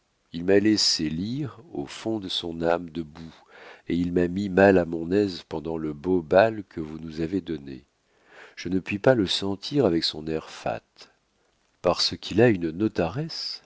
il m'a laissé lire au fond de son âme de boue et il m'a mis mal à mon aise pendant le beau bal que vous nous avez donné je ne puis pas le sentir avec son air fat parce qu'il a une notaresse